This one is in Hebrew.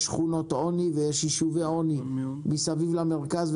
יש שכונות עוני ויש יישובי עוני מסביב למרכז,